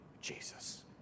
Jesus